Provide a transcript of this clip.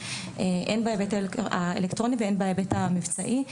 הן בהיבט האלקטרוני והן בהיבט המבצעי,